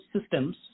systems